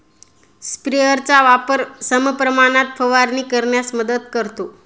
स्प्रेयरचा वापर समप्रमाणात फवारणी करण्यास मदत करतो